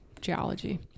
geology